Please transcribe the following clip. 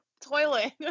toilet